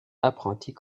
apprentis